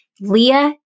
Leah